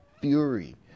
fury